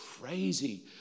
crazy